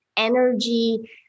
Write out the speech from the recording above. Energy